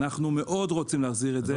אנחנו מאוד רוצים להחזיר את זה.